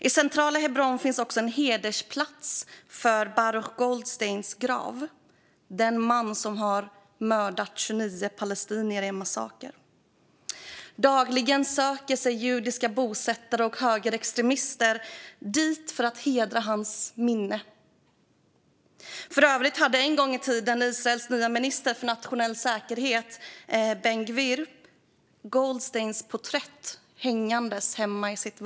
I centrala Hebron finns också en hedersplats vid Baruch Goldsteins grav, den man som mördade 29 palestinier i en massaker. Dagligen söker sig judiska bosättare och högerextremister dit för att hedra hans minne. För övrigt hade en gång i tiden Israels nya minister för nationell säkerhet, Ben-Gvir, Goldsteins porträtt hängande hemma i vardagsrummet.